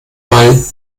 mal